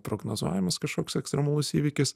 prognozuojamas kažkoks ekstremalus įvykis